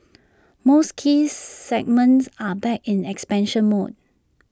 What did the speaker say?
most key segments are back in expansion mode